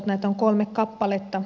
näitä on kolme kappaletta